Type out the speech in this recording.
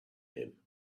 him